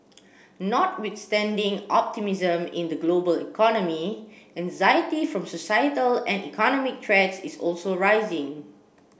notwithstanding optimism in the global economy anxiety from societal and economic threats is also rising